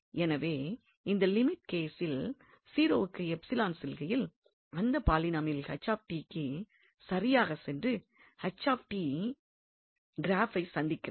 எனவே இந்த லிமிட் கேசில் 0 க்கு செல்லுகையில் அந்த பாலினாமியல் க்கு சரியாக சென்று க்ராஃப்பைச் சந்திக்கிறது